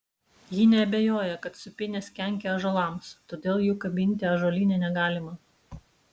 ji neabejoja kad sūpynės kenkia ąžuolams todėl jų kabinti ąžuolyne negalima